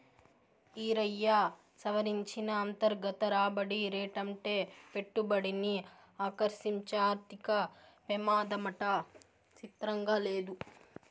ఈరయ్యా, సవరించిన అంతర్గత రాబడి రేటంటే పెట్టుబడిని ఆకర్సించే ఆర్థిక పెమాదమాట సిత్రంగా లేదూ